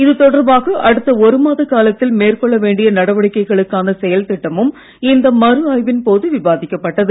இது தொடர்பாக அடுத்த ஒரு மாத காலத்தில் மேற்கொள்ள வேண்டிய நடவடிக்கைகளுக்கான செயல் திட்டமும் இந்த மறு ஆய்வின் போது விவாதிக்கப்பட்டது